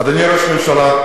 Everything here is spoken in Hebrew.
אדוני ראש הממשלה,